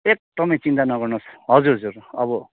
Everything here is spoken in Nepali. एकदमै चिन्ता नगर्नुहोस् हजुर हजुर अब